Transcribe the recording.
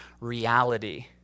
reality